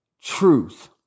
truth